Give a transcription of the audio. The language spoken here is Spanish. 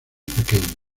pequeños